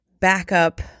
backup